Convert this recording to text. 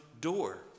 door